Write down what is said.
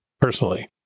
personally